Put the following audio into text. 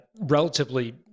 relatively